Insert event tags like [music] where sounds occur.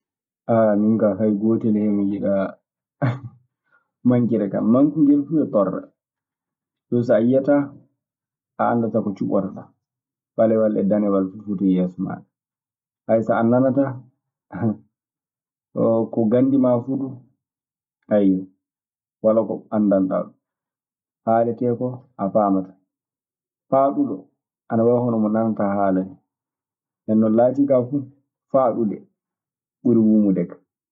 [hesitation] min kaa, hay gootel hen mi yiɗaa mankira kan. Mankungel fuu ana torla. Ɗun so a yiyataa, a anndataa ko cuɓataa. Ɓalewal e danawal fuu foti e yeeso maaɗa. [hesitation] so a nanataa, aah, ko gandimaa fuu du, walaa ko anndanɗaa ɗun. Ko haaletee koo a faamataa. Paaɗuɗo ana wayi hono mo nanata haala nii. Ndeen non no laatii kaa fuu, faaɗude ɓuri wumude kaa.